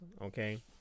okay